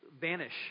vanish